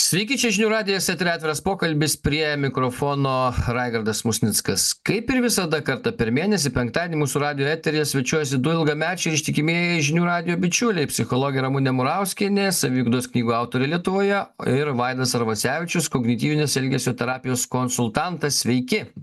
sveiki čia žinių radijas eteryje atviras pokalbis prie mikrofono raigardas musnickas kaip ir visada kartą per mėnesį penktadienį mūsų radijo eteryje svečiuojasi du ilgamečiai ištikimieji žinių radijo bičiuliai psichologė ramunė murauskienė saviugdos knygų autorė lietuvoje ir vaidas arvasevičius kognityvinės elgesio terapijos konsultantas sveiki